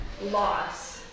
loss